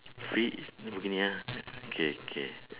free lamborghini ah okay okay